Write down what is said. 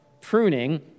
pruning